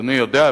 אדוני יודע,